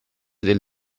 del